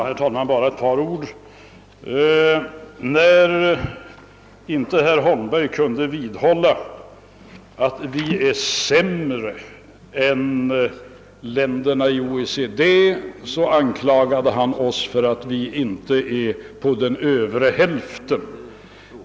Herr talman! Bara ett par ord. När herr Holmberg inte kunde vidhålla, att vi är sämre än länderna i OECD, anklagade han oss för att vi inte är på den övre hälften.